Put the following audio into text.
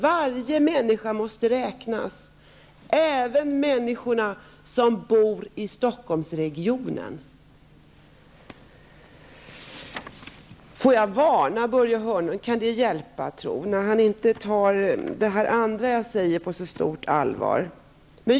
Varje människa måste räknas, även människorna som bor i Får jag varna Börje Hörnlund -- kan det hjälpa, tro, när han inte tar det andra som jag säger på så stort allvar?